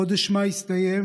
חודש מאי הסתיים,